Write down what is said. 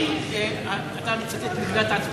אתה מצטט ממגילת העצמאות.